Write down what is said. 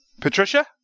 patricia